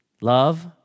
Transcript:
Love